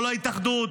לא להתאחדות,